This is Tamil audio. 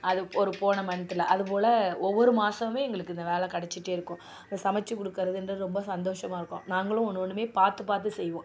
அது ஒரு போன மந்த்ல அது போல் ஒவ்வொரு மாசமுமே எங்களுக்கு இந்த வேலை கிடச்சிட்டே இருக்கும் இந்த சமைச்சு கொடுக்குறதுன்றது ரொம்ப சந்தோசமாக இருக்கும் நாங்களும் ஒன்று ஒன்றுமே பார்த்து பார்த்து செய்வோம்